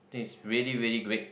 think is really really great